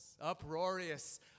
uproarious